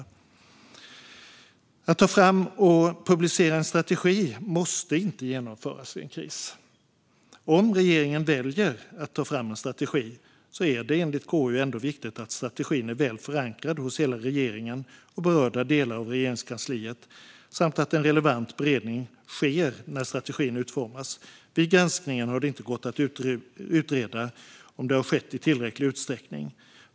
Man måste inte ta fram och publicera en strategi i en kris. Om regeringen väljer att ta fram en strategi är det enligt KU ändå viktigt att strategin är väl förankrad hos hela regeringen och berörda delar av Regeringskansliet samt att en relevant beredning sker när strategin utformas. Vid granskningen har det inte gått att utreda om detta har skett i tillräcklig utsträckning.